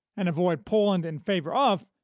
and avoid poland in favor of,